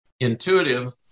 intuitive